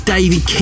David